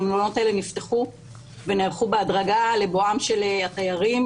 המלונות האלה נפתחו ונערכו בהדרגה לבואם של התיירים